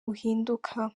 uhinduka